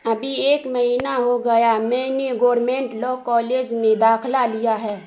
ابھی ایک مہینہ ہو گیا میں نے گورنمنٹ لاء کالج میں داخلہ لیا ہے